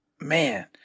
man